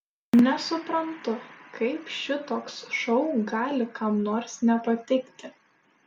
nesuprantu kaip šitoks šou gali kam nors nepatikti